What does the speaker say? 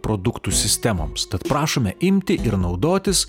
produktų sistemoms tad prašome imti ir naudotis